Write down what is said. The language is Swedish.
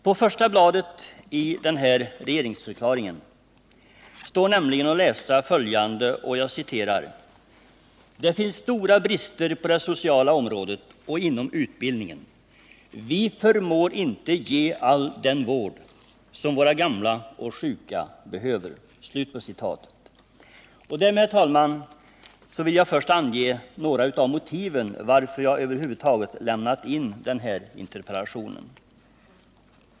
På första bladet i regeringsförklaringen står nämligen att läsa följande: ”Det finns stora brister på det sociala området och inom utbildningen. —-—-—- vi förmår inte ge all den vård som våra gamla och sjuka behöver.” Därmed, herr talman, vill jag först ange några av motiven för att jag över huvud taget lämnat in den här interpellationen.